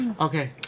Okay